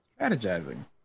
Strategizing